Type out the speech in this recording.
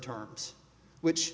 terms which